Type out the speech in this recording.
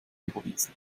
überwiesen